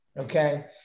okay